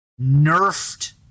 Nerfed